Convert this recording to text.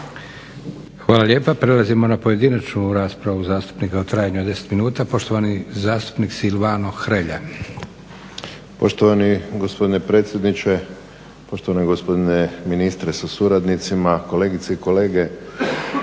Hvala lijepa. Prelazimo na pojedinačnu raspravu zastupnika u trajanju od 10 minuta, poštovani zastupnik Silvano Hrelja. **Hrelja, Silvano (HSU)** Poštovani gospodine predsjedniče, poštovani gospodine ministre sa suradnicima, kolegice i kolege.